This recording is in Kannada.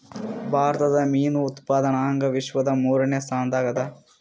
ಭಾರತ ಮೀನು ಉತ್ಪಾದನದಾಗ ವಿಶ್ವದ ಮೂರನೇ ಸ್ಥಾನದಾಗ ಅದ